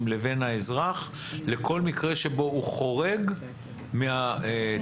לבין האזרח לכל מקרה שבו הוא חורג מהתפקיד,